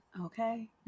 Okay